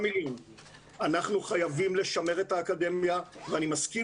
אנחנו חייבים לשמר את האקדמיה ואני מסכים